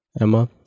Emma